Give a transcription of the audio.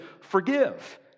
forgive